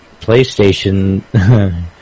PlayStation